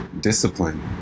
discipline